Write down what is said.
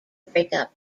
breakup